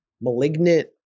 malignant